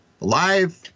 live